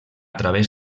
través